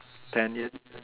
ten years